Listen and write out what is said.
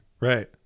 right